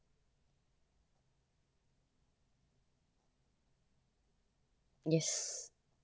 yes